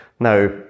Now